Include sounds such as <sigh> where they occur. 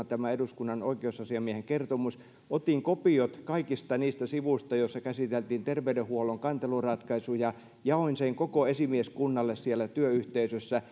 <unintelligible> tämä eduskunnan oikeusasiamiehen kertomus tuli paperiversiona otin kopiot kaikista niistä sivuista joissa käsiteltiin terveydenhuollon kanteluratkaisuja ja jaoin ne koko esimieskunnalle siellä työyhteisössä <unintelligible>